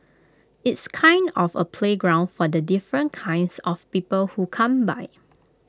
it's kind of A playground for the different kinds of people who come by